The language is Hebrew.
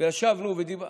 וישבנו ודיברנו.